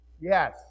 Yes